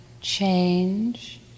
change